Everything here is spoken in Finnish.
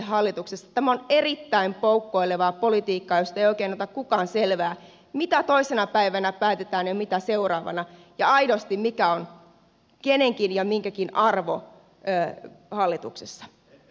tämä on erittäin poukkoilevaa politiikkaa josta ei oikein ota kukaan selvää mitä toisena päivänä päätetään ja mitä seuraavana ja aidosti mikä on kenenkin ja minkäkin arvo hallituksessa